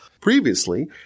previously